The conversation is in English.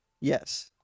Yes